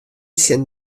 tsjin